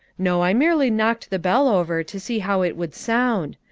no, i merely knocked the bell over to see how it would sound,